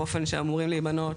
באופן שהם אמורים להיבנות,